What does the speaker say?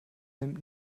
nimmt